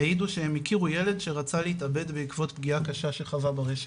העידו שהם הכירו ילד שרצה להתאבד בעקבות פגיעה קשה שחווה ברשת.